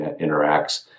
interacts